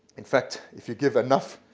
in fact, if you give enough